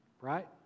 Right